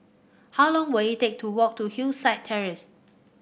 how long will it take to walk to Hillside Terrace